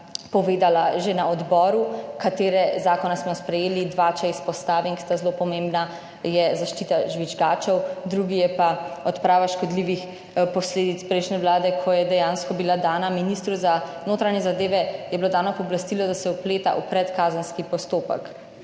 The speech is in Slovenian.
(Nadaljevanje) katere zakone smo sprejeli, dva, če izpostavim, ki sta zelo pomembna, je zaščita žvižgačev, drugi je pa odprava škodljivih posledic prejšnje vlade, ko je dejansko bila dana, ministru za notranje zadeve je bilo dano pooblastilo, da se vpleta v predkazenski postopek.